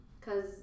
Cause